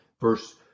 verse